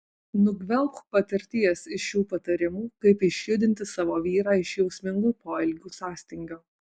nugvelbk patirties iš šių patarimų kaip išjudinti savo vyrą iš jausmingų poelgių sąstingio